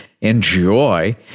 Enjoy